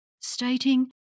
Stating